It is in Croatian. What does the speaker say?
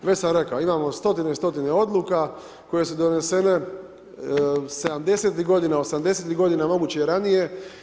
Već sam rekao, imamo stotine i stotine odluka, koje su donesene '70. godina, '80. godina, moguće i ranije.